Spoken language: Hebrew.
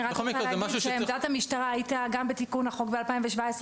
אני רוצה להדגיש שעמדת המשטרה הייתה גם בתיקון החוק ב-2017,